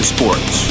Sports